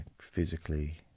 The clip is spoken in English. physically